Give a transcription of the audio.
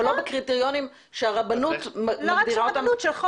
אבל לא בקריטריונים שהרבנות --- לא רק של הרבנות,